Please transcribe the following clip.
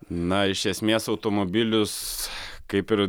na iš esmės automobilius kaip ir